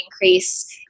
increase